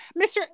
Mr